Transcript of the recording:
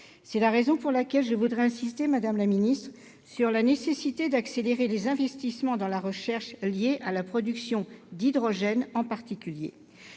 C'est la raison pour laquelle je voudrais insister, madame la ministre, sur la nécessité d'accélérer les investissements dans la recherche liée, en particulier,